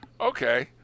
Okay